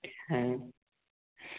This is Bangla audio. হ্যাঁ